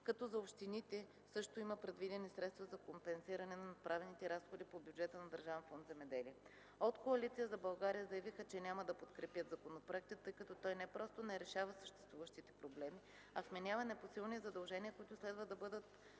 като за общините също има предвидени средства за компенсиране на направените разходи по бюджета на Държавен фонд „Земеделие”. От Коалиция за България заявиха, че няма да подкрепят законопроекта, тъй като той не просто не решава съществуващите проблеми, а вменява непосилни задължения, които следва да бъдат